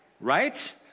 right